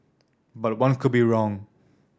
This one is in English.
but one could be wrong